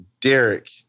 Derek